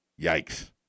Yikes